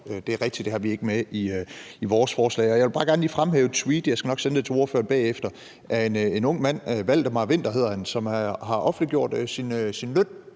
det er rigtigt, at det har vi ikke med i vores forslag. Jeg vil bare gerne lige fremhæve et tweet – jeg skal nok sende det til ordføreren bagefter – af en ung mand, der hedder Valdemar Winther, som har offentliggjort den løn,